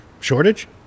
Shortage